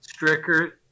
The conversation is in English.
stricker